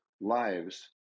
lives